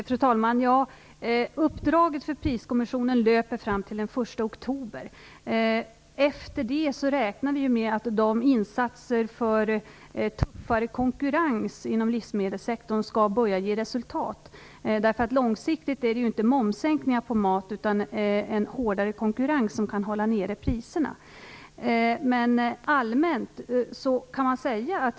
Fru talman! Uppdraget för Priskommissionen löper fram till den 1 oktober. Därefter räknar vi med att insatserna för konkurrens inom livsmedelssektorn skall börja ge resultat. Långsiktigt är det inte momssänkningar på mat utan en hårdare konkurrens som kan hålla ned priserna.